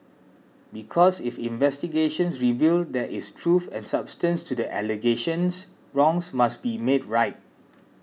because if investigations reveal there is truth and substance to the allegations wrongs must be made right